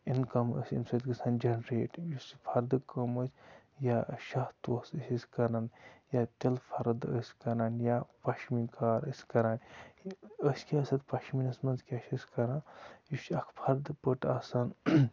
income ٲسۍ امہِ سۭتۍ گژھان جَنریٹ یُس یہِ فَردٕ کٲم ٲسۍ یا شاہ توس ٲسۍ أسۍ کٕنان یا تِلہٕ فَرٕد ٲسۍ کٕ نان یا پَشمیٖن کار ٲسۍ کَران أسۍ کیٛاہ ٲسۍ اَتھ پَشمیٖنَس منٛز کیٛاہ چھِ أسۍ کَران یہِ چھُ اَکھ فَردٕ پٔٹ آسان